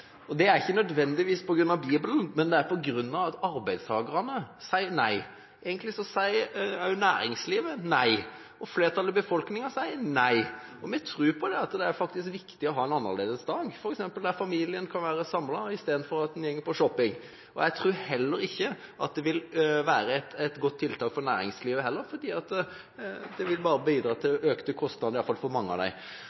Det er ikke nødvendigvis på grunn av Bibelen, det er på grunn av at arbeidstakerne sier nei. Egentlig sier også næringslivet nei. Flertallet i befolkninga sier nei. Vi tror at det er viktig å ha en annerledes dag der familien f.eks. kan være samlet istedenfor at en går på shopping. Jeg tror heller ikke at det vil være et godt tiltak for næringslivet, for det vil bare bidra til